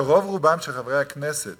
שרוב רובם של חברי הכנסת